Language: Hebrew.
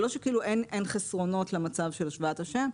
זה לא שאין חסרונות למצב של השוואת השם.